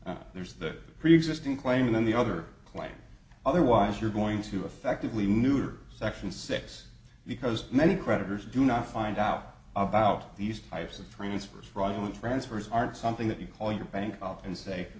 and there's the preexisting claim and then the other claim otherwise you're going to affectively neuter section six because many creditors do not find out about these types of transfers fraudulent transfers aren't something that you call your bank and say